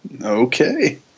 Okay